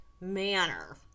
manner